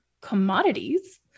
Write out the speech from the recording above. commodities